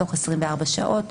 בתוך 24 שעות,